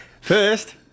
first